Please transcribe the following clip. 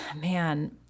man